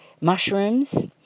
mushrooms